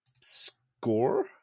score